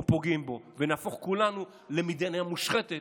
או פוגעים בו ונהפוך כולנו למדינה מושחתת,